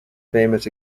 famous